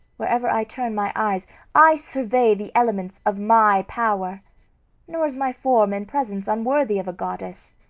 wherever i turn my eyes i survey the elements of my power nor is my form and presence unworthy of a goddess.